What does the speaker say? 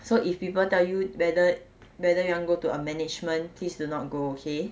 so if people tell you whether whether you want go to a management please do not go okay